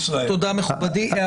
תודה, מכובדי.